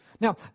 Now